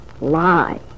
lie